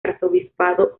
arzobispado